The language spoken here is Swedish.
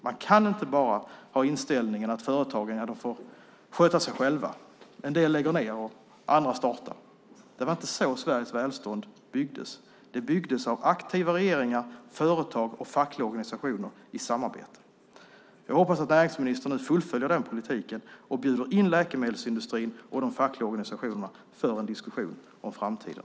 Man kan inte ha inställningen att företagen får sköta sig själva - en del lägger ned, andra startar. Det var inte så Sveriges välstånd byggdes. Det byggdes av aktiva regeringar, företag och fackliga organisationer i samarbete. Jag hoppas att näringsministern nu fullföljer den politiken och bjuder in läkemedelsindustrin och de fackliga organisationerna för en diskussion om framtiden.